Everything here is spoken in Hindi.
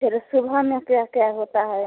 फ़िर सुबह में क्या क्या होता है